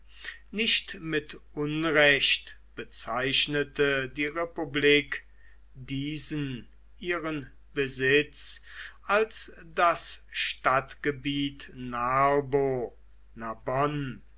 nicht mit unrecht bezeichnete die republik diesen ihren besitz als das stadtgebiet narbo